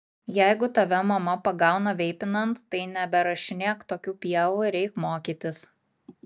jeigu tave mama pagauna veipinant tai neberašinėk tokių pievų ir eik mokytis